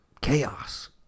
chaos